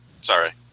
sorry